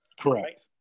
Correct